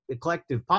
collective